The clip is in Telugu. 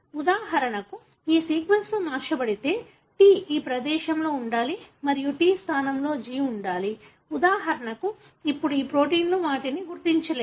ఉదాహరణకు ఈ సీక్వెన్స్లు మార్చబడితే T ఈ ప్రదేశంలో ఉండాలి మరియు T స్థానంలో G ఉంటుంది ఉదాహరణ కు ఇప్పుడు ఈ ప్రోటీన్లు వాటిని గుర్తించలేవు